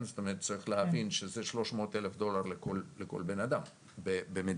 צריך להבין שזה 300,000 דולר לכל בן אדם במדינה.